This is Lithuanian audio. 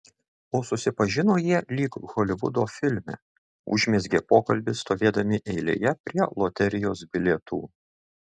o susipažino jie lyg holivudo filme užmezgė pokalbį stovėdami eilėje prie loterijos bilietų